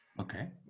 Okay